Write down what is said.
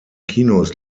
kinos